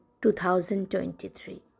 2023